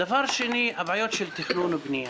דבר שני, הבעיות של תכנון ובנייה.